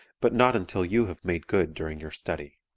but not until you have made good during your study.